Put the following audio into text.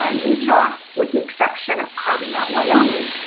ah utah with the exception of carving out wyoming.